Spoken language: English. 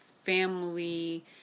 family